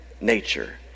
nature